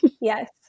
Yes